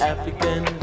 African